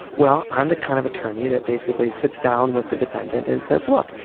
well, i'm the kind of attorney that basically sits down with the defendant and says, look,